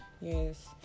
Yes